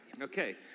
Okay